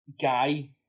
guy